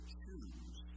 choose